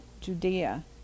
Judea